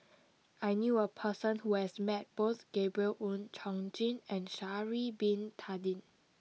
I knew a person who has met both Gabriel Oon Chong Jin and Sha'ari Bin Tadin